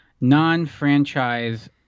non-franchise